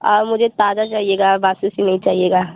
और मुझे ताज़ा चाहिएगा बासी उसी नही चाहिएगा